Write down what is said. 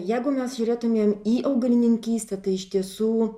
jeigu mes žiūrėtumėm į augalininkystę tai iš tiesų